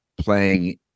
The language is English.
playing